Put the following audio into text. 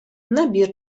набір